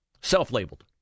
self-labeled